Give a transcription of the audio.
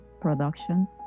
Production